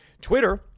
Twitter